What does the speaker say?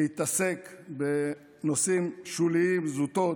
להתעסק בנושאים שוליים, זוטות,